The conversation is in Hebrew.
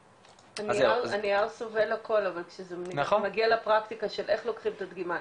הנייר סובל הכול אבל שזה מגיע לפרקטיקה של איך לוקחים את הדגימה,